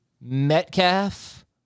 Metcalf